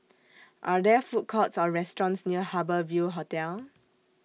Are There Food Courts Or restaurants near Harbour Ville Hotel